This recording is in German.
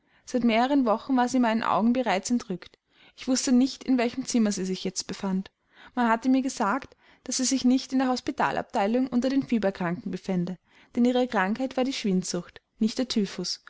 seit mehreren wochen war sie meinen augen bereits entrückt ich wußte nicht in welchem zimmer sie sich jetzt befand man hatte mir gesagt daß sie sich nicht in der hospitalabteilung unter den fieberkranken befände denn ihre krankheit war die schwindsucht nicht der